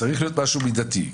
צריך להיות משהו מידתי.